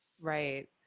Right